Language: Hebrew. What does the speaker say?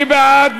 מי בעד?